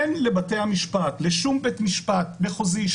אין לשום בית משפט מחוזי,